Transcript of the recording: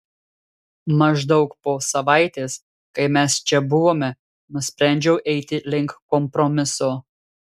maždaug po savaitės kai mes čia buvome nusprendžiau eiti link kompromiso